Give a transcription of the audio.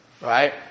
Right